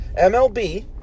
MLB